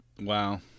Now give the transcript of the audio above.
Wow